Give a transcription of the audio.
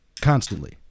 constantly